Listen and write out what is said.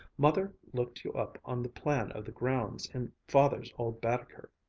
mother looked you up on the plan of the grounds in father's old baedeker.